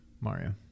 mario